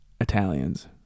Italians